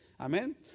Amen